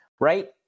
Right